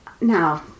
Now